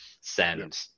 send